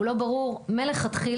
הוא לא ברור מלכתחילה,